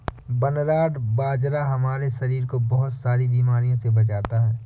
barnyard बाजरा हमारे शरीर को बहुत सारी बीमारियों से बचाता है